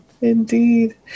Indeed